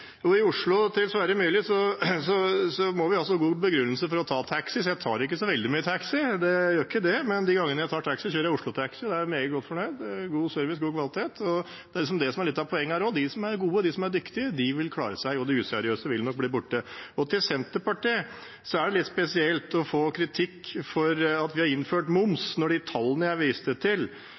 Til Sverre Myrli, om Oslo: Vi må ha en god begrunnelse for å ta taxi, så jeg tar ikke så veldig mye taxi, jeg gjør ikke det. Men de gangene jeg tar taxi, kjører jeg med Oslo Taxi, og da er jeg meget godt fornøyd – god service, god kvalitet. Det er det som er litt av poenget her: De som er gode, de som er dyktige, vil klare seg, og de useriøse vil nok bli borte. Til Senterpartiet: Det er litt spesielt å få kritikk for at vi har innført moms når de tallene jeg viste til,